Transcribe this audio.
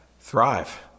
thrive